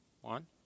One